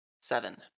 Seven